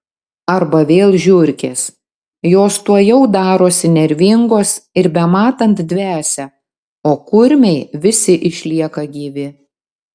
arba vėl žiurkės jos tuojau darosi nervingos ir bematant dvesia o kurmiai visi išlieka gyvi